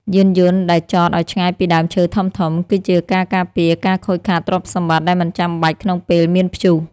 យានយន្តដែលចតឱ្យឆ្ងាយពីដើមឈើធំៗ គឺជាការការពារការខូចខាតទ្រព្យសម្បត្តិដែលមិនចាំបាច់ក្នុងពេលមានព្យុះ។